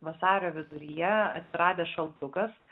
vasario viduryje atsiradęs šaltukas